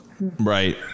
Right